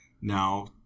Now